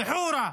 בחורה?